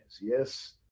Yes